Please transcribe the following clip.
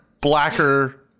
blacker